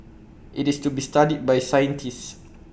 it's to be studied by scientists